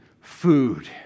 food